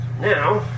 Now